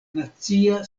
nacia